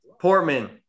Portman